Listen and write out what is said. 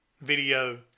video